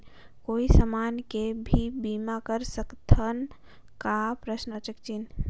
कोई समान के भी बीमा कर सकथव का?